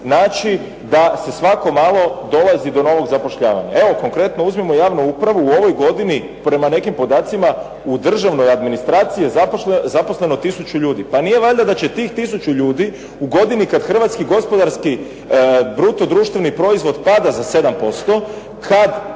naći da se svako malo dolazi do novog zapošljavanja. Evo, konkretno uzmimo javnu upravu. U ovoj godini prema nekim podacima u državnoj administraciji je zaposleno tisuću ljudi. Pa nije valjda da će tih tisuću ljudi u godini kad hrvatski gospodarski bruto društveni proizvod pada za 7%, kad